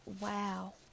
wow